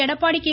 Edappadi K